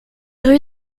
rue